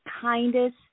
kindest